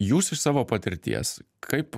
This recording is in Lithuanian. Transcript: jūs iš savo patirties kaip